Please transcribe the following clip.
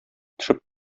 төшеп